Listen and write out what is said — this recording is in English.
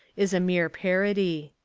is a mere parody.